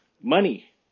money